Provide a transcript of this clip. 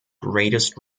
greatest